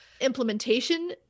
implementation